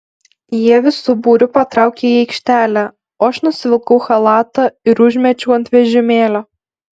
jie visu būriu patraukė į aikštelę o aš nusivilkau chalatą ir užmečiau ant vežimėlio